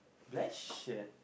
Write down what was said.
black shirt